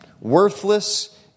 Worthless